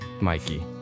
mikey